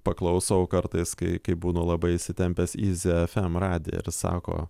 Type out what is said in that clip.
paklausau kartais kai kai būnu labai įsitempęs easy fm radiją ir sako